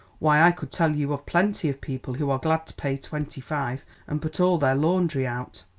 why, i could tell you of plenty of people who are glad to pay twenty-five and put all their laundry out.